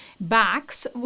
backs